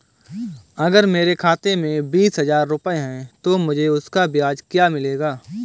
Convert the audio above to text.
अगर मेरे खाते में बीस हज़ार रुपये हैं तो मुझे उसका ब्याज क्या मिलेगा?